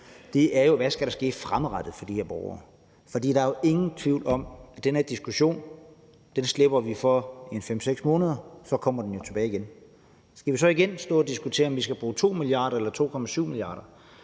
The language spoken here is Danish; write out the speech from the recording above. det, er jo: Hvad skal der ske fremadrettet for de her borgere? For der er jo ingen tvivl om, at den her diskussion slipper vi for i 5-6 måneder, men så kommer den jo tilbage igen. Skal vi så igen stå og diskutere, om vi skal bruge 2 mia. kr. eller 2,7 mia. kr.?